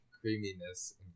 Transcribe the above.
creaminess